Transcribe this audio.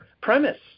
premise